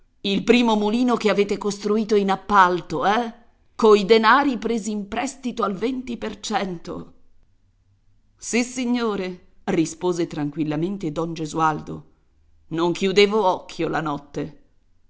il primo mulino che avete costruito in appalto eh coi denari presi in prestito al venti per cento sì signore rispose tranquillamente don gesualdo non chiudevo occhio la notte